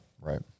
right